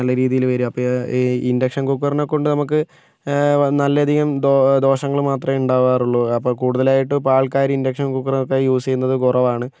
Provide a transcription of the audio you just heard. നല്ല രീതിയിൽ വരും അപ്പോൾ ഇന്ഡക്ഷന് കുക്കറിനെ കൊണ്ടു നമുക്ക് നല്ലധികം ദോ ദോഷങ്ങൾ മാത്രമേ ഉണ്ടാകാറുള്ളൂ അപ്പോൾ കൂടുതലായിട്ട് ഇപ്പം ആള്ക്കാർ ഇന്ഡക്ഷന് കുക്കറൊക്കെ യൂസ് ചെയ്യുന്നത് കുറവാണ്